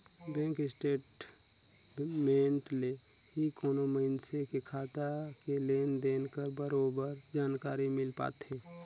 bank statement ले ही कोनो मइनसे के खाता के लेन देन कर बरोबर जानकारी मिल पाथे